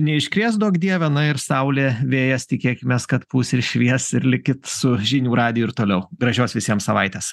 neiškrės duok dieve na ir saulė vėjas tikėkimės kad pūs ir švies ir likit su žinių radiju ir toliau gražios visiems savaitės